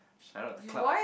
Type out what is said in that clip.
shoutout to club